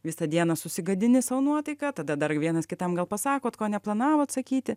visą dieną susigadini sau nuotaiką tada dar vienas kitam gal pasakot ko neplanavot sakyti